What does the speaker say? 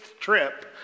trip